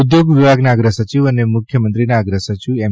ઉદ્યોગ વિભાગના અગ્રસચિવ અને મુખ્યમંત્રીના અગ્રસચિવ એમ